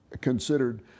considered